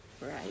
right